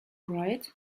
right